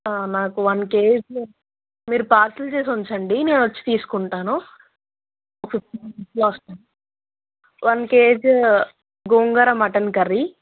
నాకు one KG మీరు parcel చేసుంచండి నేనొచ్చి తీసుకుంటాను ఓ ఫిఫ్టీన్ మినిట్స్లో వస్తాను one KG gongura mutton curry